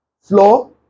Floor